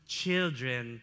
children